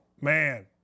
Man